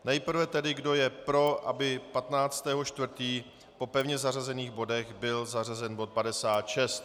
Nejprve tedy, kdo je pro, aby 15. 4. po pevně zařazených bodech byl zařazen bod 56.